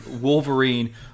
Wolverine